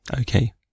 okay